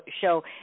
show